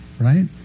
right